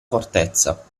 fortezza